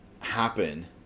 happen